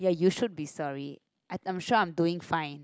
you should be sorry I'm sure I'm doing fine